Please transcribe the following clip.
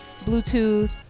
Bluetooth